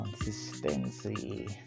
consistency